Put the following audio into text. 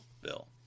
Bill